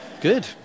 Good